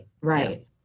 right